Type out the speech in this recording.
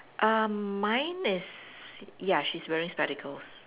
um mine is ya she's wearing spectacles